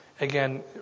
Again